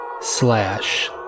slash